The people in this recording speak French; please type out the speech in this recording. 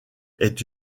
est